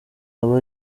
aba